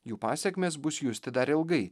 jų pasekmės bus justi dar ilgai